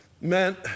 meant